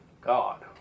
God